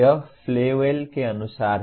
यह फ्लेवेल के अनुसार है